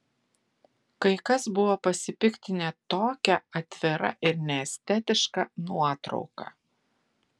kai kas buvo pasipiktinę tokia atvira ir neestetiška nuotrauka